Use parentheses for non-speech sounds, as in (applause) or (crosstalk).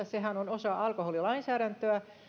(unintelligible) sehän on osa alkoholilainsäädäntöä